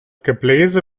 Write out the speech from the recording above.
gebläse